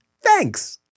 Thanks